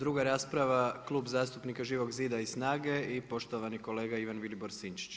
Druga rasprava Klub zastupnika Živog zida i SNAGA-e i poštovani kolega Ivan Vilibor Sinčić.